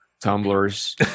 tumblers